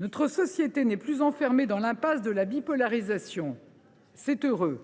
Notre société n’est plus enfermée dans l’impasse de la bipolarisation. C’est heureux.